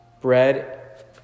bread